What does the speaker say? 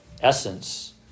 essence